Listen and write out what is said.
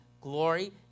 Glory